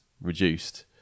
reduced